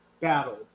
battle